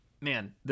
man